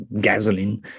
gasoline